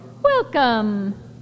Welcome